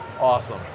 Awesome